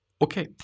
Okay